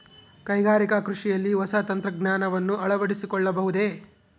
ಕೈಗಾರಿಕಾ ಕೃಷಿಯಲ್ಲಿ ಹೊಸ ತಂತ್ರಜ್ಞಾನವನ್ನ ಅಳವಡಿಸಿಕೊಳ್ಳಬಹುದೇ?